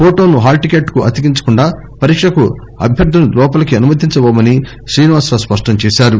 ఫొటోను హాల్టిక్కెట్కు అతికించకుండా పరీక్షకు అభ్యర్లులను లోపలికి అనుమతించబోమని శ్రీనివాసరావు స్పష్టం చేశారు